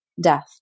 death